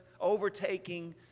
overtaking